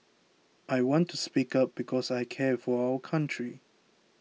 I want to speak up because I care for our country